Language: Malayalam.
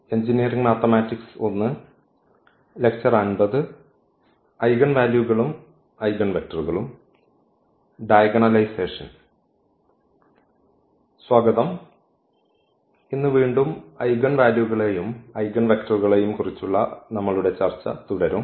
സ്വാഗതം ഇന്ന് വീണ്ടും ഐഗൻ വാല്യൂകളെയും ഐഗൻവെക്ടറുകളെയും കുറിച്ചുള്ള നമ്മളുടെ ചർച്ച തുടരും